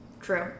True